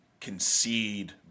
concede